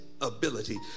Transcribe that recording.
ability